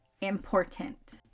important